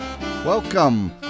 Welcome